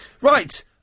Right